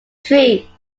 tree